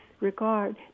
regard